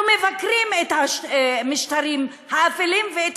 אנחנו מבקרים את המשטרים האפלים ואת